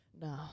No